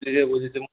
বুজিছোঁ বুজিছোঁ